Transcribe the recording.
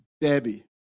Debbie